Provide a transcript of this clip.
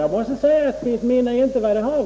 Jag måste tillstå att mitt minne inte längre är vad det har